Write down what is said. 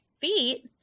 feet